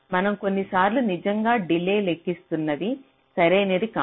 మనం కొన్నిసార్లు నిజంగా డిలే లెక్కిస్తున్నది సరైనది కాదు